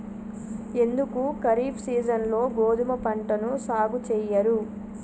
ఎందుకు ఖరీఫ్ సీజన్లో గోధుమ పంటను సాగు చెయ్యరు?